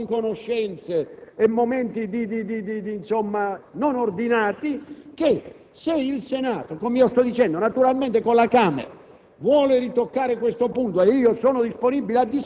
cui si intrecciano incertezze, non conoscenze e momenti non ordinati, il Senato - come sto dicendo - naturalmente con la Camera,